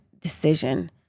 decision